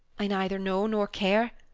i neither know nor care.